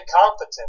competent